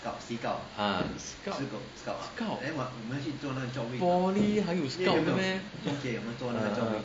ah scout poly 还有 scout meh uh uh